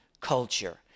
culture